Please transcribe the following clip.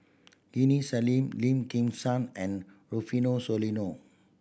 Aini Salim Lim Kim San and Rufino Soliano